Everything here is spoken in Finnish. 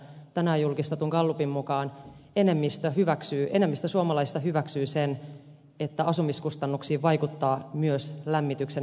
tänään julkistetun gallupin mukaan enemmistö suomalaisista hyväksyy sen että asumiskustannuksiin vaikuttaa myös lämmityksen ympäristöystävällisyys